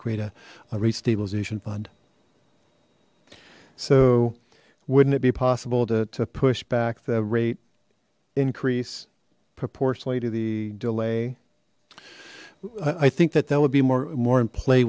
create a rate stabilization fund so wouldn't it be possible to push back the rate increase proportionally to the delay i think that that would be more more in play